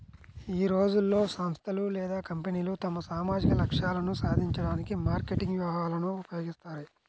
ఈ రోజుల్లో, సంస్థలు లేదా కంపెనీలు తమ సామాజిక లక్ష్యాలను సాధించడానికి మార్కెటింగ్ వ్యూహాలను ఉపయోగిస్తాయి